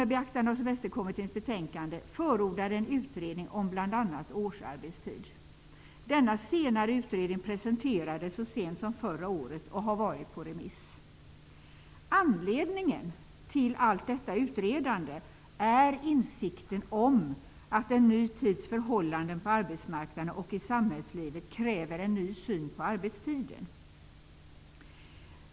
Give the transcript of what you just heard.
Denna senare utredning presenterades så sent som förra året och har varit på remiss. Anledningen till allt detta utredande är insikten om att en ny tids förhållanden på arbetsmarknaden och i samhällslivet kräver en ny syn på arbetstiden.